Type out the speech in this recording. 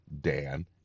Dan